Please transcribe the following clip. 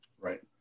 Right